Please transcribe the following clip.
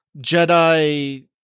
Jedi